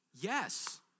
Yes